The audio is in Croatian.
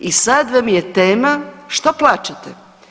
I sad vam je tema što plaćate.